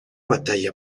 batalla